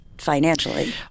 financially